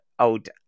old